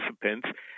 participants